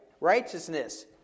Righteousness